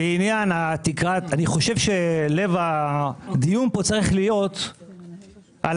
אני חושב שלב הדיון פה צריך להיות על